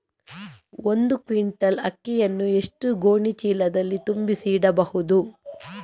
ಒಂದು ಕ್ವಿಂಟಾಲ್ ಅಕ್ಕಿಯನ್ನು ಎಷ್ಟು ಗೋಣಿಚೀಲದಲ್ಲಿ ತುಂಬಿಸಿ ಇಡಬಹುದು?